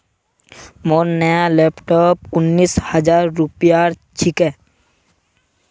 मोर नया लैपटॉप उन्नीस हजार रूपयार छिके